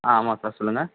ஆ ஆமாம் சார் சொல்லுங்கள்